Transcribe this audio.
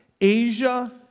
Asia